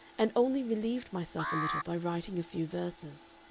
and only relieved myself a little by writing a few verses.